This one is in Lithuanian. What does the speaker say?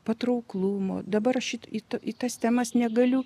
patrauklumo dabar rašyt į į tas temas negaliu